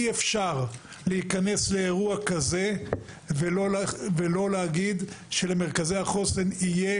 אי אפשר להיכנס לאירוע כזה ולא להגיד שלמרכזי החוסן יהיה